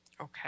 okay